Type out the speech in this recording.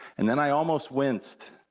and then i almost winced,